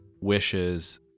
wishes